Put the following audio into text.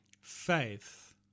Faith